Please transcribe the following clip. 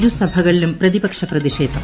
ഇരുസഭകളിലും പ്രതിപക്ഷ പ്രതിഷേധം